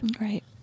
Right